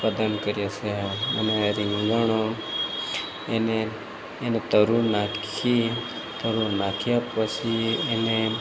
ઉત્પાદન કરીએ છીએ અને રીંગણ એને એને તરુ નાખી તરુ નાખ્યા પછી એને